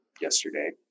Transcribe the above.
yesterday